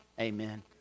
Amen